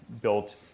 built